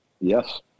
Yes